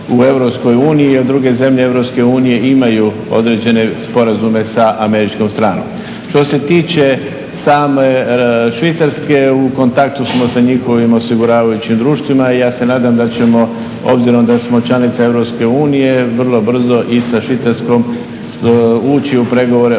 Europske unije imaju određene sporazume sa američkom stranom. Što se tiče same Švicarske u kontaktu smo sa njihovim osiguravajućim društvima i ja se nadam da ćemo obzirom da smo članica Europske unije vrlo brzo i sa Švicarskom ući u pregovore